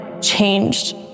changed